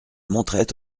montrait